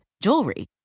jewelry